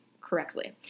correctly